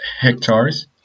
hectares